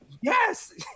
Yes